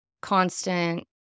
constant